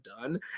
done